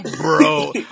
Bro